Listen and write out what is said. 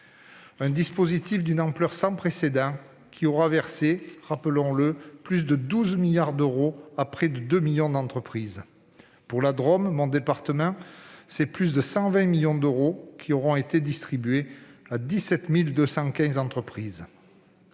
Ce dispositif, d'une ampleur sans précédent, aura versé, rappelons-le, plus de 12 milliards d'euros à près de 2 millions d'entreprises. Dans la Drôme, le département dont je suis élu, plus de 120 millions d'euros auront été distribués à 17 215 entreprises.